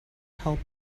help